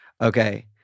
okay